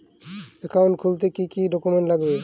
Account খুলতে কি কি ডকুমেন্ট লাগবে?